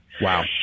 Wow